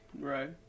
right